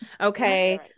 Okay